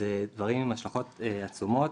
אלו דברים עם השלכות עצומות,